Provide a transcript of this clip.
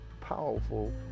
powerful